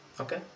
okay